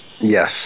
yes